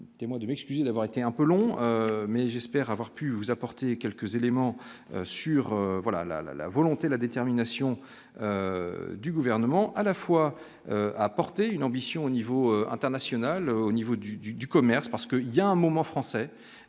moi d'une équipe d'avoir été un peu long mais j'espère avoir pu vous apporter quelques éléments sur voilà la volonté, la détermination du gouvernement à la fois apporter une ambition au niveau international, au niveau du du du commerce parce que il y a un moment français